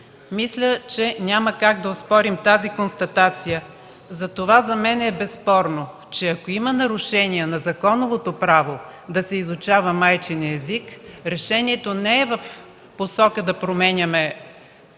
Мисля, че няма как да оспорим тази констатация. Затова за мен е безспорно, че ако има нарушение на законовото право да се изучава майчиният език решението не е в посока да променяме